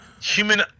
human